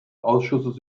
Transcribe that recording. ausschusses